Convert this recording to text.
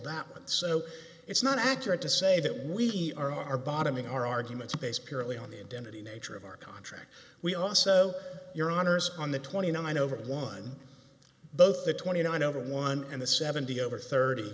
that went so it's not accurate to say that we are are bottoming are arguments based purely on the indemnity nature of our contract we also your honour's on the twenty nine over one boat the twenty nine over one and the seventy over thirty